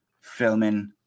filming